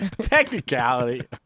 Technicality